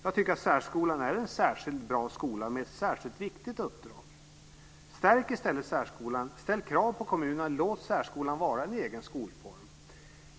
Jag tycker att särskolan är en särskilt bra skola med ett särskilt viktigt uppdrag. Stärk i stället särskolan! Ställ krav på kommunerna, och låt särskolan vara en egen skolform.